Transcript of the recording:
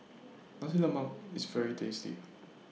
Nasi Lemak IS very tasty